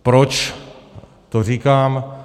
Proč to říkám?